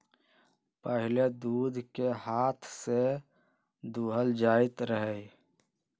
पहिले दूध के हाथ से दूहल जाइत रहै